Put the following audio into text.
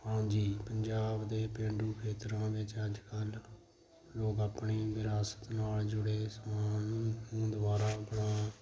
ਹਾਂਜੀ ਪੰਜਾਬ ਦੇ ਪੇਂਡੂ ਖੇਤਰਾਂ ਵਿੱਚ ਅੱਜ ਕੱਲ੍ਹ ਲੋਕ ਆਪਣੀ ਵਿਰਾਸਤ ਨਾਲ ਜੁੜੇ ਸਮਾਨ ਨੂੰ ਦੁਬਾਰਾ ਬਣਾ